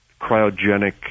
cryogenic